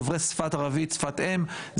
דוברי ערבית כשפת אם,